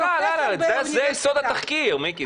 הוא עלה לארץ, זה יסוד התחקיר, מיקי.